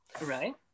Right